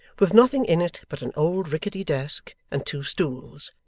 with nothing in it but an old ricketty desk and two stools,